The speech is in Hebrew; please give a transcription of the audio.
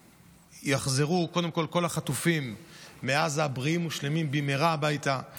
שיחזרו קודם כול החטופים מעזה בריאים ושלמים במהרה הביתה.